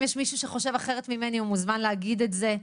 אם יש מישהו שחושב אחרת ממני הוא מוזמן להגיד את זה.